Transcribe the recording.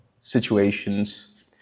situations